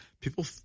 People –